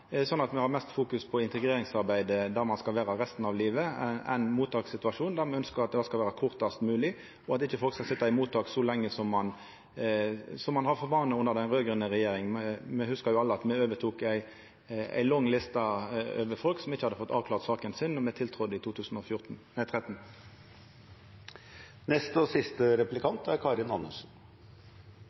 at me fokuserer meir på integreringsarbeidet, som gjeld der ein skal vera resten av livet, enn på mottakssituasjonen, der me ønskjer at ein skal vera kortast mogeleg. Folk skal ikkje sitja så lenge i mottak som var vanleg under den raud-grøne regjeringa. Me hugsar alle at me overtok ei lang liste over folk som ikkje hadde fått avklart saka si, då me tiltredde i 2013. Jeg skjønner godt at Njåstad ikke vil svare på hvordan det er